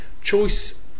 Choice